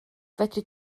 fedri